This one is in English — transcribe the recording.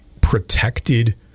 protected